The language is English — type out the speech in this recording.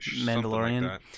Mandalorian